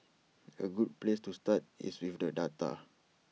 A good place to start is with the data